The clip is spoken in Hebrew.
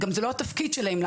וזה גם לא התפקיד שלהם.